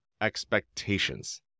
expectations